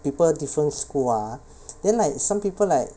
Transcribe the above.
people different school ah then like some people like